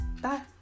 Bye